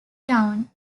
town